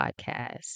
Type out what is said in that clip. podcast